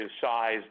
size